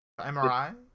MRI